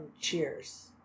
Cheers